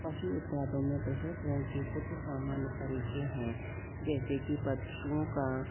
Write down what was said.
पशु उत्पादों के प्रसंस्करण के कुछ सामान्य तरीके हैं जैसे की पशुओं का